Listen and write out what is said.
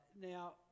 Now